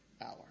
hour